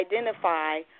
identify